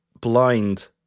blind